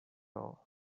all